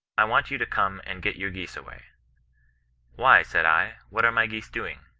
i want you to come and get your geese away why said i, what are my geese doing